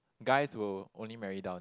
guys will only marry down